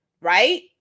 right